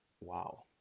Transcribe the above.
wow